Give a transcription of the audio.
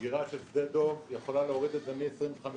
סגירה של שדה דב יכולה להוריד את זה מ-25%,